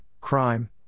Crime